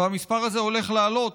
והמספר הזה הולך להעלות,